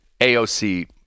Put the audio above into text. AOC